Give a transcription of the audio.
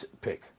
pick